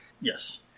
Yes